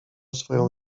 swoją